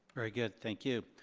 very good, thank you.